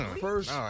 First